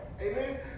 Amen